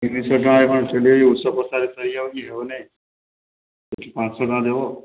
ତିନିଶହ ଟଙ୍କାରେ କ'ଣ ଇଏ ହେଉଛି ଇଏ ହେଉ ନାହିଁ ସେହିଠି ପାଞ୍ଚଶହ ଟଙ୍କା ଦେବ